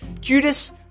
Judas